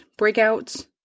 breakouts